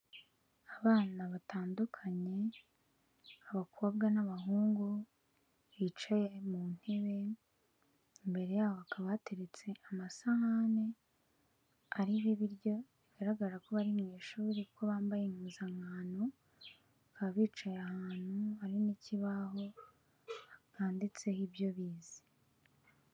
Abana batandukanye, abakobwa n'abahungu bicaye mu ntebe, imbere yabo hakaba hateretse amasahani ariho ibiryo, bigaragara ko bari mu ishuri kuko bambaye impuzankano, bakaba bicaye ahantu hari n'ikibaho cyanditseho ibyo bize.